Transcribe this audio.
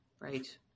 Right